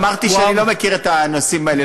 אמרתי שאני לא מכיר את הנושאים האלה,